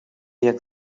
jak